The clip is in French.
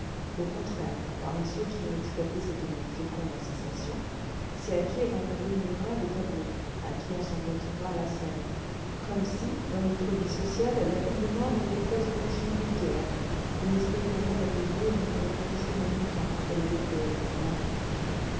au contraire parmi ceux qui ont exploité cette mine féconde en sensations c'est à qui rembrunira le tableau à qui ensanglantera la scène comme si dans notre vie sociale la peine de mort n'était pas une action vulgaire une espèce d'amende à payer dont on a toujours le montant sur les épaules rien de plus